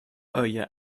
euer